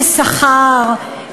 בשכר,